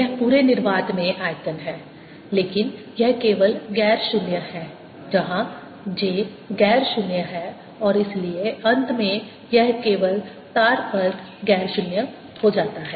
यह पूरे निर्वात में आयतन है लेकिन यह केवल गैर शून्य है जहां j गैर शून्य है और इसलिए अंत में यह केवल तार पर गैर शून्य हो जाता है